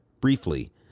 Briefly